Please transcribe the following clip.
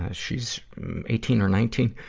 ah she's eighteen or nineteen.